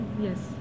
Yes